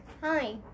Hi